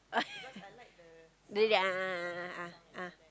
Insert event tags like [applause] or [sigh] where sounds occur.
oh [laughs] the that a'ah a'ah a'ah